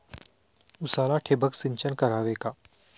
उसाला ठिबक सिंचन करावे का?